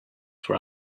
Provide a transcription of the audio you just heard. for